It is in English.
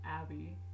Abby